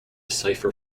cipher